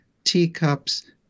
teacups